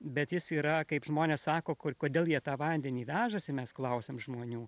bet jis yra kaip žmonės sako kur kodėl jie tą vandenį vežasi mes klausėm žmonių